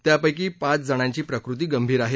त्यापैकी सातजणांची प्रकृती गंभीर आहे